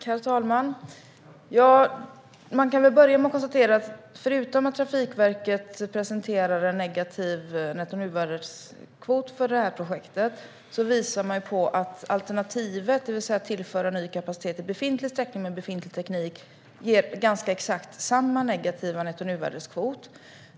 Herr talman! Man kan börja med att konstatera att förutom att Trafikverket presenterar en negativ nettonuvärdeskvot för projektet visar man på att alternativet - det vill säga att tillföra ny kapacitet i befintlig sträckning med befintlig teknik - ger ganska exakt samma negativa nettonuvärdes-kvot.